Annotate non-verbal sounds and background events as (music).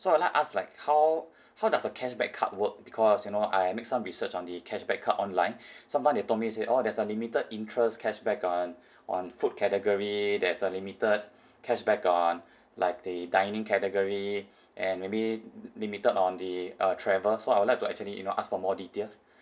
so I would like to ask like how how does the cashback card work because you know I make some research on the cashback card online (breath) sometime they told me and say oh there's a limited interest cashback on on food category there's a limited cashback on like the dining category and maybe limited on the uh travel so I would like to actually you know ask for more details